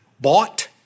bought